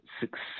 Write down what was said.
success